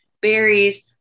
berries